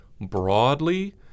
broadly